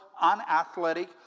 unathletic